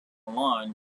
line